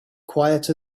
quiet